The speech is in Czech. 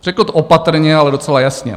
Řekl to opatrně, ale docela jasně: